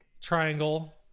triangle